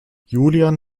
julian